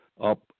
up